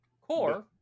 Core